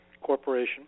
Corporation